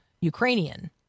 Ukrainian